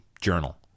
journal